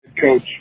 Coach